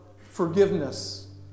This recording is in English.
forgiveness